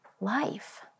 life